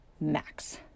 max